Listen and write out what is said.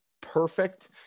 perfect